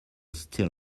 still